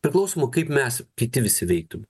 priklausoma kaip mes kiti visi veiktum